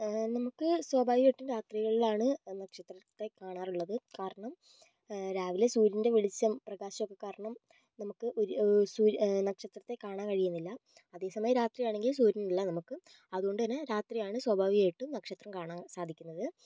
നമുക്ക് സ്വാഭവികമായിട്ടും രാത്രികളിലാണ് നക്ഷത്രത്തെ കാണാറുള്ളത് കാരണം രാവിലെ സൂര്യൻ്റെ വെളിച്ചം പ്രകാശമൊക്കെ കാരണം നമുക്ക് ഇര് സൂര്യ നക്ഷത്രത്തെ കാണാൻ കഴിയുന്നില്ല അതേസമയം രാത്രിയാണെങ്കിൽ സൂര്യനില്ല നമക്ക് അത്കൊണ്ട് തന്നെ രാത്രിയാണ് സ്വാഭാവികായിട്ടും നക്ഷത്രം കാണാൻ സാധിക്കുന്നത്